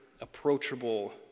approachable